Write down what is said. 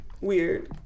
Weird